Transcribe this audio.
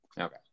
Okay